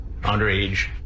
underage